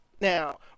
Now